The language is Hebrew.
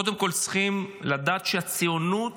קודם כול צריכים לדעת שציונות